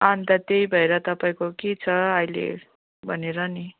अन्त त्यही भएर तपाईँको के छ अहिले भनेर नि